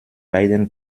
beiden